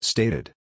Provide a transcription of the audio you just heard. Stated